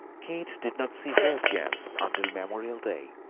keith did not see fairchance until memorial day.